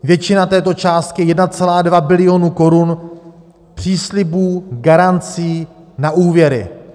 Většina této částky 1,2 bilionu korun příslibů, garancí na úvěry.